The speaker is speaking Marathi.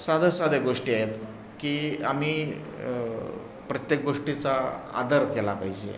साध्या साध्या गोष्टी आहेत की आम्ही प्रत्येक गोष्टीचा आदर केला पाहिजे